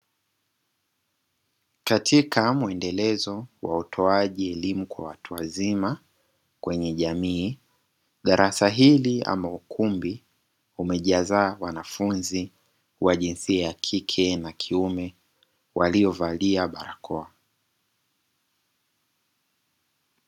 Katika mwendelezo wa utoaji elimu kwa watu wazima kwenye jamii, darasa hili ama ukumbi umejaza wanafunzi wa jinsia ya kike na kiume waliovalia barakoa.